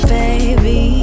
baby